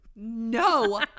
no